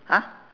!huh!